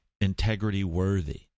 integrity-worthy